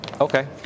Okay